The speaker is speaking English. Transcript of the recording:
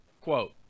quote